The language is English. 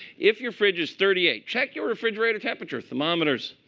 if your fridge is thirty eight, check your refrigerator temperature. thermometers.